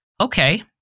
okay